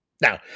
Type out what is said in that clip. Now